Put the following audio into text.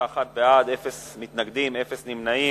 31 בעד, אין מתנגדים, אין נמנעים,